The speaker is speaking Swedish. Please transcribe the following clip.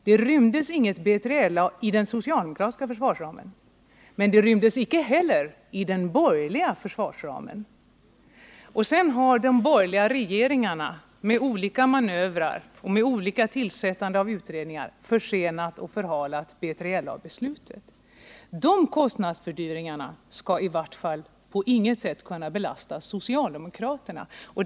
Det rymdes inget B3LA inom den socialdemokratiska försvarsramen, men det rymdes inte heller inom den borgerliga försvarsramen. Sedan har de borgerliga regeringarna med olika manövrer och med tillsättande av utredningar försenat och förhalat BJLA beslutet. De kostnadsfördyringarna kan i varje fall på intet sätt belasta socialdemokraterna.